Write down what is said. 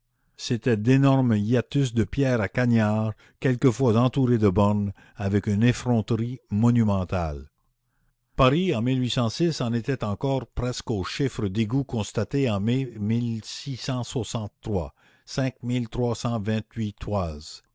c'étaient d'énormes hiatus de pierre à cagnards quelquefois entourés de bornes avec une effronterie monumentale paris en en était encore presque au chiffre d'égouts constaté en mai